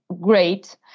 great